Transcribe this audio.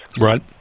Right